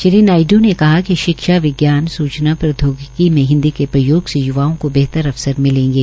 श्री नायडू ने कहा कि शिक्षा विज्ञान सूचना प्रौद्योगिकी में हिन्दी के प्रयोग से य्वाओं को बेहतर अवसर मिलेगे